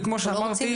וכמו שאמרתי,